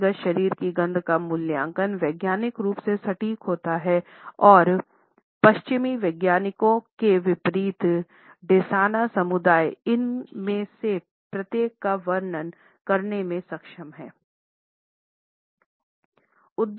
व्यक्तिगत शरीर की गंध का मूल्यांकन वैज्ञानिक रूप से सटीक होता है और पश्चिमी वैज्ञानिकों के विपरीत डेसाना समुदाय इन में से प्रत्येक का वर्णन करने में सक्षम हैं